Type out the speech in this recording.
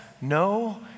no